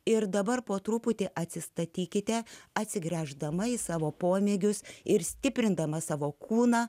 ir dabar po truputį atsistatykite atsigręždama į savo pomėgius ir stiprindama savo kūną